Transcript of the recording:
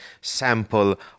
sample